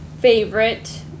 favorite